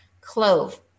clove